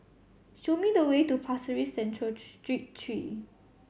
show me the way to Pasir Ris Central Street three